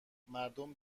مردم